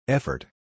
Effort